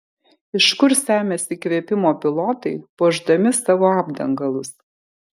iš kur semiasi įkvėpimo pilotai puošdami savo apdangalus